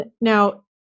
now